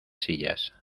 sillas